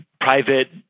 private